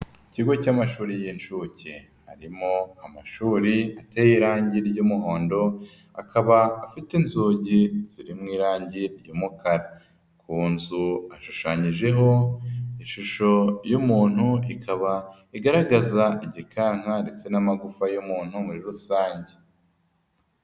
Mu kigo cy'amashuri y'inshuke harimo amashuri ateye irange ry'umuhondo akaba afite inzugi ziri mu irangi ry'umukara, ku nzu ashushanyijeho ishusho y'umuntu ikaba igaragaza igikanka ndetse n'amagufa y'umuntu muri rusange.